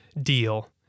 deal